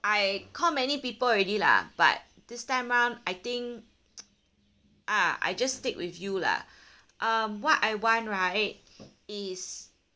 I called many people already lah but this time round I think ah I just stick with you lah um what I want right is